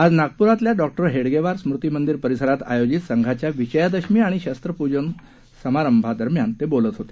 आज नागपूरमधल्या डॉक्टर हेडगेवार स्मृती मंदिर परिसरात आयोजित संघाच्या विजयादशमी आणि शस्त्र प्रजनदरम्यान ते बोलत होते